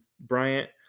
Bryant